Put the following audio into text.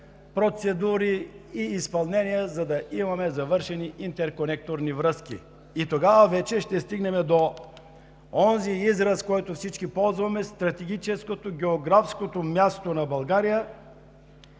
процедури и изпълнения, за да имаме завършени интерконекторни връзки? Тогава вече ще стигнем до онзи израз, който всички ползваме – стратегическото географско място на България,